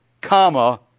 comma